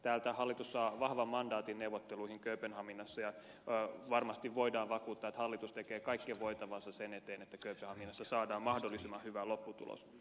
täältä hallitus saa vahvan mandaatin neuvotteluihin kööpenhaminassa ja varmasti voidaan vakuuttaa että hallitus tekee kaiken voitavansa sen eteen että kööpenhaminassa saadaan mahdollisimman hyvä lopputulos